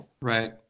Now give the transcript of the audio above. right